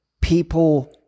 people